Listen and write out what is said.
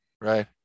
Right